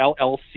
LLC